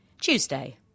Tuesday